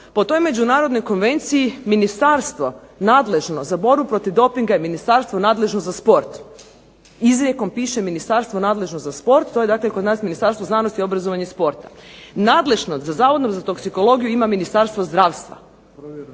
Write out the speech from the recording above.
Po toj međunarodnoj konvenciji ministarstvo nadležno za borbu protiv dopinga je ministarstvo nadležno za sport, izrijekom pište ministarstvo nadležno za sport, to je dakle kod nas Ministarstvo znanost, obrazovanja i sporta. Nadležnost nad Zavodom za toksikologiju ima Ministarstvo zdravstva i